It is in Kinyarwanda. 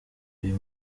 uyu